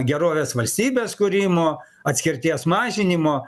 gerovės valstybės kūrimo atskirties mažinimo